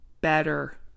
better